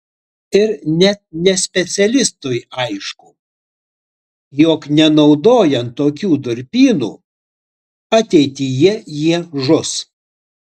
ir net nespecialistui aišku jog nenaudojant tokių durpynų ateityje jie žus